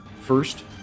first